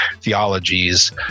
theologies